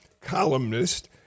columnist